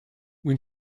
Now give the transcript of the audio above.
when